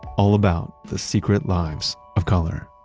all about the secret lives of color